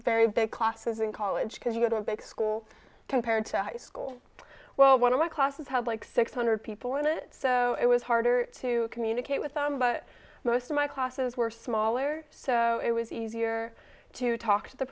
very big classes in college because you go to a big school compared to high school well one of my classes had like six hundred people in it so it was harder to communicate with them but most of my classes were smaller so it was easier to talk to the